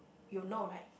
you know right